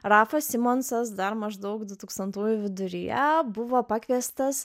rafas simonsas dar maždaug dutūkstantųjų viduryje buvo pakviestas